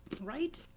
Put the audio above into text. right